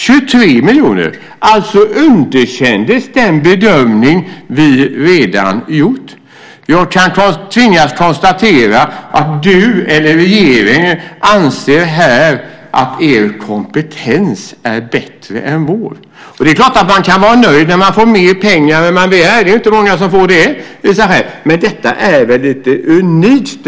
23 miljoner. Alltså underkändes den bedömning vi redan gjort. Jag tvingas konstatera att du eller regeringen anser här att er kompetens är bättre än vår. Det är klart att man kan vara nöjd när man får mer pengar än vad man begär, det är inte många som får det. Men detta är väl unikt.